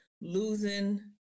losing